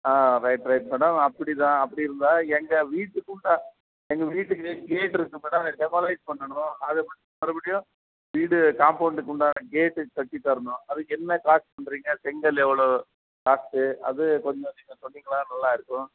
ஆ right right madam அப்படி தான் அப்படி இருந்தால் எங்கள் வீட்டுக்கும் எங்கள் வீட்டுக்கு கேட் இருக்கு மேடம் அது டேமாலிஸ் பண்ணணும் அது மறுபடியும் வீடு காம்பவுண்ட்டுக்கு உண்டான கேட்டு கட்டித்தரணும் அதற்கு என்ன காஸ்ட் சொல்லுறிங்க செங்கல் எவ்வளோ காஸ்ட்டு அது கொஞ்சம் நீங்கள் சொன்னிங்கன்னா நல்லாருக்கும்